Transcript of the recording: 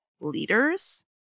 leaders